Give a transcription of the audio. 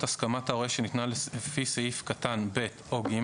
הסכמת ההורה שניתנה לפי סעיף קטן (ב) או (ג)